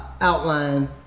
outline